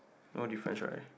no difference right